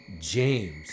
James